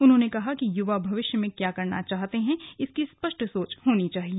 उन्होंने कहा कि युवा भविष्य में क्या करना चाहते हैं इसकी स्पष्ट सोच होनी चाहिए